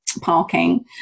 Parking